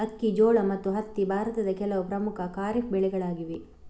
ಅಕ್ಕಿ, ಜೋಳ ಮತ್ತು ಹತ್ತಿ ಭಾರತದ ಕೆಲವು ಪ್ರಮುಖ ಖಾರಿಫ್ ಬೆಳೆಗಳಾಗಿವೆ